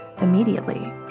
immediately